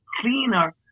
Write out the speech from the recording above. cleaner